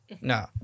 No